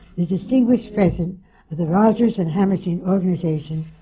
the distinguished president of the rodgers and hammerstein organization,